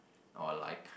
or like